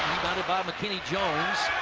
it. by mckinney jones,